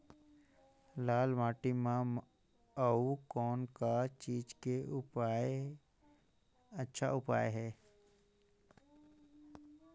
लाल माटी म अउ कौन का चीज के अच्छा उपज है?